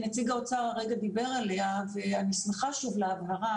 נציג האוצר כרגע דיבר עליה ואני שמחה שוב להבהרה